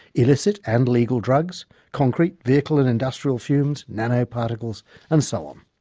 illicit and legal drugs, concrete, vehicle and industrial fumes, nanoparticles and so on.